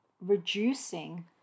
reducing